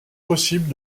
possibles